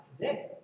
today